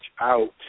out